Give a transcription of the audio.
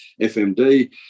FMD